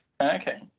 Okay